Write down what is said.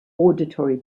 auditory